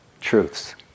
truths